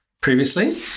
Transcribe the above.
previously